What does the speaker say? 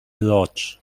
bloch